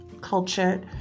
culture